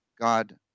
God